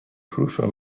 crucial